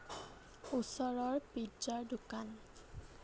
ওচৰৰ পিজ্জাৰ দোকান